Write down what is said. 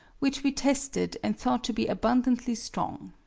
which we tested and thought to be abundantly strong.